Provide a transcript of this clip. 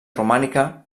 romànica